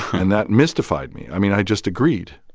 and that mystified me. i mean, i just agreed.